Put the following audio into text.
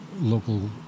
local